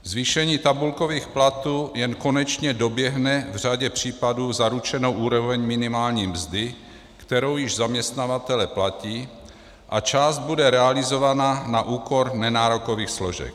Zvýšení tabulkových platů jen konečně doběhne v řadě případů zaručenou úroveň minimální mzdy, kterou již zaměstnavatelé platí, a část bude realizována na úkor nenárokových složek.